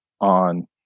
on